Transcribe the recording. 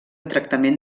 tractament